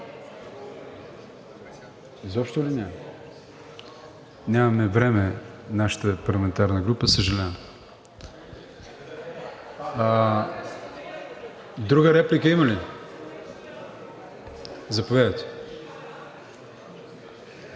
втора реплика? Нямаме време нашата парламентарна група – съжалявам. Друга реплика има ли? Заповядайте,